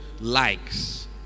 likes